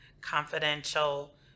confidential